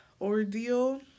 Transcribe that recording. ordeal